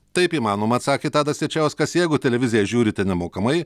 taip įmanoma atsakė tadas jačiauskas jeigu televiziją žiūrite nemokamai